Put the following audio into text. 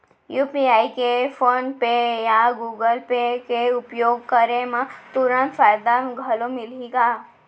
UPI के PhonePe या Google Pay के उपयोग करे म तुरंत फायदा घलो मिलही का?